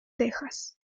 texas